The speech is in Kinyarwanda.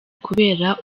kubera